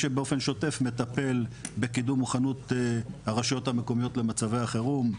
שבאופן שוטף מטפל בקידום הכנות הרשויות המקומיות למצבי החירום.